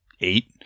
eight